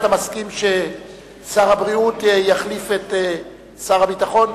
אתה מסכים ששר הבריאות יחליף את שר הביטחון?